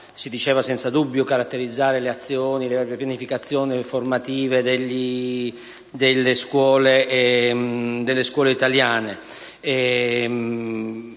debbano senza dubbio caratterizzare le azioni di pianificazione formativa delle scuole italiane.